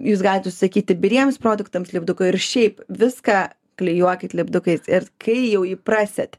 jūs galit užsisakyti biriems produktams lipdukų ir šiaip viską klijuokit lipdukais ir kai jau įprasit